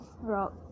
rock